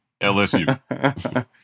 LSU